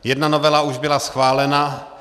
Jedna novela už byla schválena.